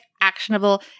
actionable